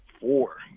four